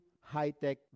high-tech